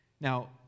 now